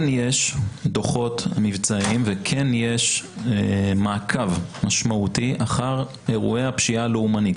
כן יש דוחות מבצעיים וכן יש מעקב משמעותי אחר אירועי הפשיעה הלאומנית,